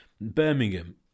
Birmingham